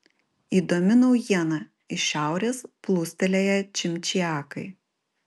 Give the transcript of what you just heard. įdomi naujiena iš šiaurės plūstelėję čimčiakai